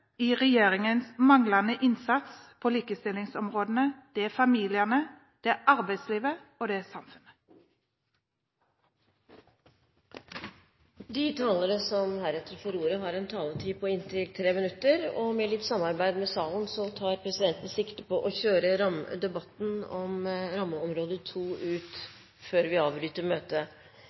i regjeringens manglende innsats på likestillingsområdene er familiene, det er arbeidslivet, og det er samfunnet. De talere som heretter får ordet, har en taletid på inntil 3 minutter. Med litt samarbeid med salen tar presidenten sikte på å kjøre debatten om rammeområde 2 ut før møtet